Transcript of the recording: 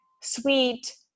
sweet